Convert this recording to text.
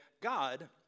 God